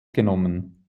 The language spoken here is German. genommen